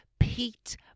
Pete